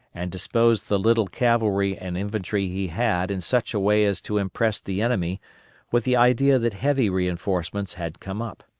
and disposed the little cavalry and infantry he had in such a way as to impress the enemy with the idea that heavy reinforcements had come up.